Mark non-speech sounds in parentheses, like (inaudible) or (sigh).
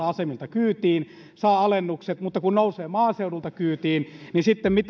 (unintelligible) asemilta kyytiin saa alennukset mutta kun nousee maaseudulta kyytiin niin sitten mitään alennuksia